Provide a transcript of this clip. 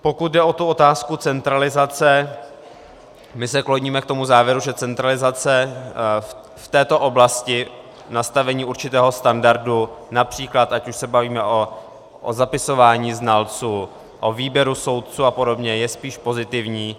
Pokud jde o otázku centralizace, kloníme se k závěru, že centralizace v této oblasti nastavení určitého standardu, například ať už se bavíme o zapisování znalců, o výběru soudců a podobně, je spíš pozitivní.